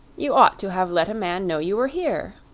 you ought to have let a man know you were here!